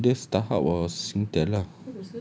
I don't know either starhub or singtel lah